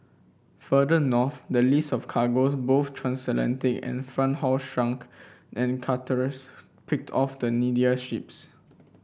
further north the list of cargoes both transatlantic and front haul shrunk and picked off the needier ships